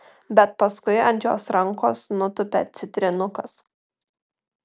bet paskui ant jos rankos nutupia citrinukas